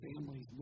families